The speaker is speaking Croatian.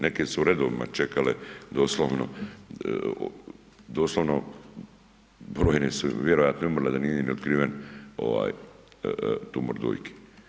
Neke su u redovima čekale doslovno, doslovno, brojne su vjerojatno i umrle da im nije ni otkriven tumor dojke.